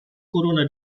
corona